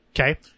Okay